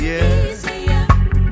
easier